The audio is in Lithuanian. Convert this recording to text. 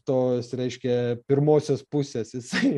tos reiškia pirmosios pusės jisai